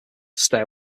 stay